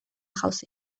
jauzi